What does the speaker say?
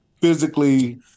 physically